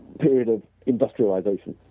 period of industrialization.